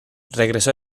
regresó